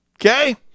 okay